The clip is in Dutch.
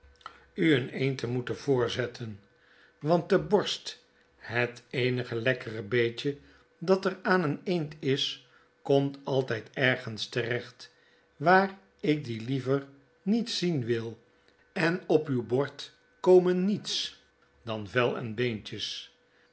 u een eend te moeten voorzetten want de borst het eenige lekkere beetje dat er aan een eend is komt altyd ergens terecht waar ikdieliever niet zien wil en op uw bord komen niets dan vel en beentjes